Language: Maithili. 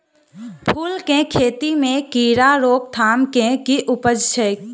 फूल केँ खेती मे कीड़ा रोकथाम केँ की उपाय छै?